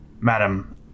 Madam